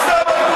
הוא שם על כולכם,